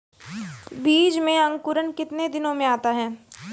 बीज मे अंकुरण कितने दिनों मे आता हैं?